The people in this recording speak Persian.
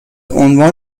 عنوان